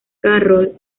carroll